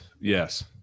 yes